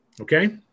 Okay